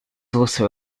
also